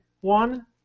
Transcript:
one